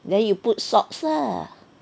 then you put salts lah